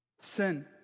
Sin